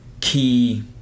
key